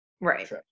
right